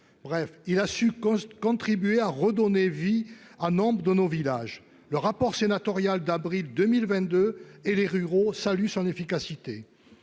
bref, il a su qu'ont contribué à redonner vie à nombre de nos villages, le rapport sénatorial d'avril 2000 22 et les ruraux salue son efficacité,